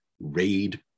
raid